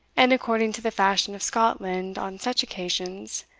and, according to the fashion of scotland on such occasions,